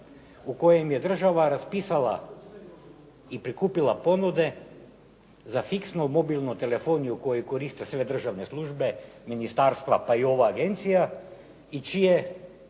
u kojem je država raspisala i prikupila ponude za fiksnu mobilnu telefoniju koju koriste sve države službe, ministarstva pa i ova agencija, i čije